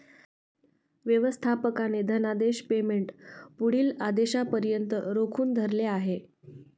व्यवस्थापकाने धनादेश पेमेंट पुढील आदेशापर्यंत रोखून धरले आहे